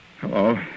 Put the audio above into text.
Hello